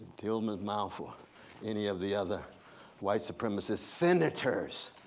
tillman's mouth or any of the other white supremacist senators,